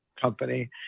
company